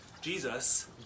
Jesus